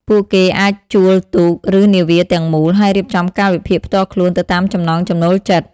ពួកគេអាចជួលទូក ឬនាវាទាំងមូល ហើយរៀបចំកាលវិភាគផ្ទាល់ខ្លួនទៅតាមចំណង់ចំណូលចិត្ត។